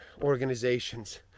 organizations